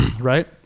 right